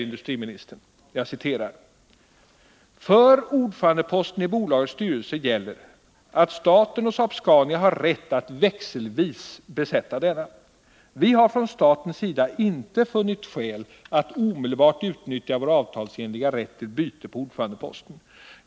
Industriministern sade bl.a.: ”För ordförandeposten i bolagets styrelse gäller att staten och Saab-Scania har rätt att växelvis besätta denna. Vi har från statens sida inte funnit skäl att omedelbart utnyttja vår avtalsenliga rätt till byte på ordförandeposten.